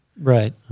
Right